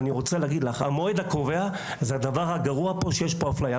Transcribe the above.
המועד הקובע זה הדבר הגרוע בו יש אפליה.